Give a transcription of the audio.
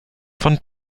von